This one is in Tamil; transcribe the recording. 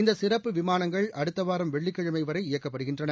இந்த சிறப்பு விமானங்கள் அடுத்த வாரம் வெள்ளிக்கிழமை வரை இயக்கப்படுகின்றன